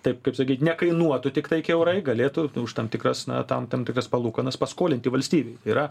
taip kaip sakyt nekainuotų tiktai kiaurai galėtų už tam tikras na tam tam tikras palūkanas paskolinti valstybei tai yra